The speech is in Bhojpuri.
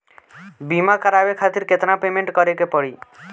बीमा करावे खातिर केतना पेमेंट करे के पड़ी?